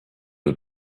was